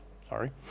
Sorry